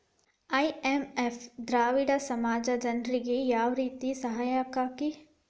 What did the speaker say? IMF ದವ್ರಿಂದಾ ಸಾಮಾನ್ಯ ಜನ್ರಿಗೆ ಯಾವ್ರೇತಿ ಸಹಾಯಾಕ್ಕತಿ?